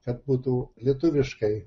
kad būtų lietuviškai